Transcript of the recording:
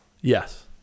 Yes